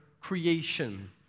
creation